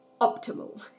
optimal